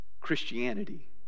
Christianity